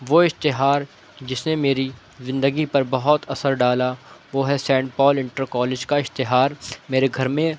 وہ اشتہار جسے میری زندگی پر بہت اثر ڈالا وہ ہے سینٹ پال انٹر کالج کا اشتہار میرے گھر میں